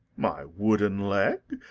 my wooden leg!